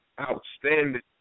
outstanding